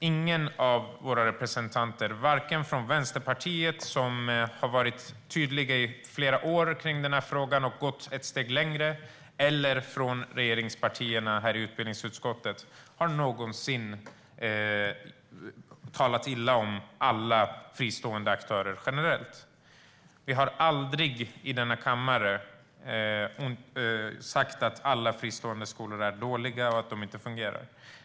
Ingen av våra representanter - varken från Vänsterpartiet, som har varit tydliga i flera år kring den här frågan och gått ett steg längre, eller från regeringspartierna i utbildningsutskottet - har någonsin talat illa om alla fristående aktörer generellt. Vi har aldrig i denna kammare sagt att alla fristående skolor är dåliga och inte fungerar.